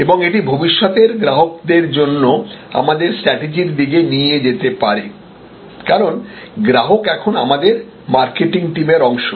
এবং এটি ভবিষ্যতের গ্রাহকদের জন্য আমাদের স্ট্রাটেজির দিকে নিয়ে যেতে পারে কারণ গ্রাহক এখন আমাদের মার্কেটিং টিমের অংশ